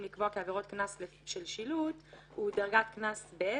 לקבוע כעבירות קנס של שילוט הוא דרגת קנס ב',